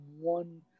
one